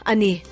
Ani